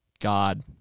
god